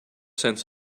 sense